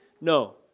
No